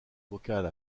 vocale